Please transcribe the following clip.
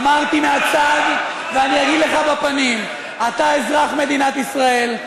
אמרתי מהצד ואני אגיד לך בפנים: אתה אזרח מדינת ישראל,